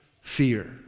Fear